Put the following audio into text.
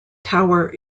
tower